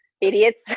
idiots